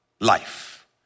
life